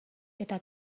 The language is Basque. eta